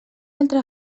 altra